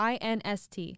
INST